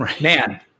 man